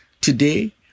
Today